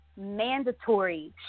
mandatory